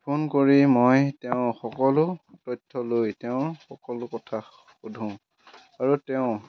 phone কৰি মই তেওঁৰ সকলো তথ্য লৈ তেওঁ সকলো কথা সুধোঁ আৰু তেওঁ